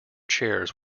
chairs